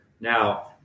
now